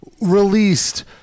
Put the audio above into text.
released